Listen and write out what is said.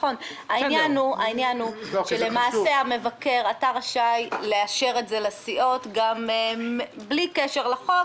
העניין הוא שלמעשה המבקר אתה רשאי לאשר את זה לסיעות בלי קשר לחוק,